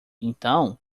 então